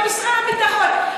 זה משרד הביטחון.